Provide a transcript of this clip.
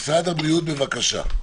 משרד הבריאות, בבקשה.